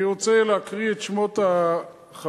אני רוצה להקריא את שמות החברים,